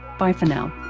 bye for now